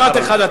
משפט אחד.